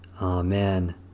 Amen